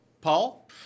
Paul